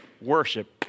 worship